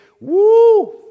woo